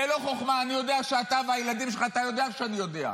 אני יודע שאתה והילדים שלך, אתה יודע שאני יודע,